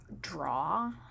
draw